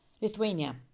Lithuania